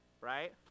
right